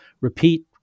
repeat